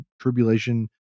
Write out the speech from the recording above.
tribulation